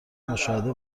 مشاهده